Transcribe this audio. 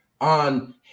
on